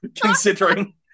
considering